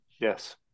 yes